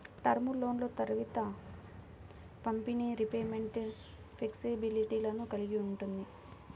term లోన్లు త్వరిత పంపిణీ, రీపేమెంట్ ఫ్లెక్సిబిలిటీలను కలిగి ఉంటాయి